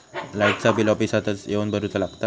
लाईटाचा बिल ऑफिसातच येवन भरुचा लागता?